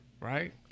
Right